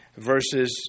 Verses